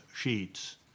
sheets